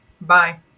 Bye